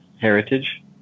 heritage